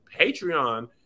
Patreon